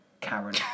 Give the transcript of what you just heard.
Karen